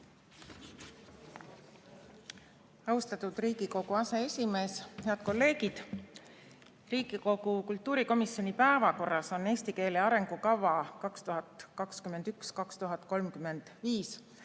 Austatud Riigikogu aseesimees! Head kolleegid! Riigikogu kultuurikomisjoni päevakorras on "Eesti keele arengukava 2021–2035",